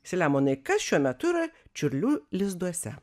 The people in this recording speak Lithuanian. selemonai kas šiuo metu yra čiurlių lizduose